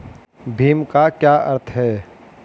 भीम का क्या अर्थ है?